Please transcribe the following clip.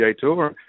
Tour